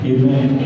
Amen